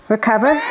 Recover